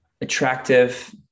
attractive